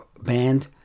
band